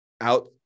out